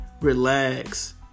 relax